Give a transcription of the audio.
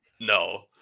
No